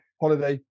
Holiday